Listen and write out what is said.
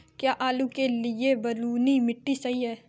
क्या आलू के लिए बलुई मिट्टी सही है?